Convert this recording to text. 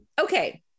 Okay